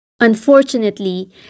Unfortunately